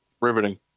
Riveting